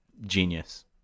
genius